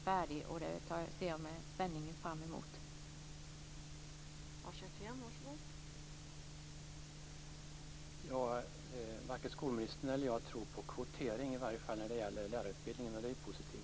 Jag ser med spänning fram mot det.